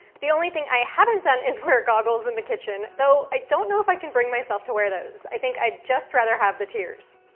the only thing i haven't done is wear goggles in the kitchen, though, i don't know if i can bring myself to wear those. i think i'd just rather have the tears,